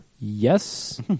yes